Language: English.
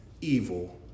evil